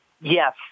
Yes